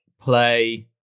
play